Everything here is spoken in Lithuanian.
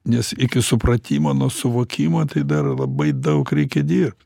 nes iki supratimo nuo suvokimo tai dar labai daug reikia dirbt